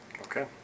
Okay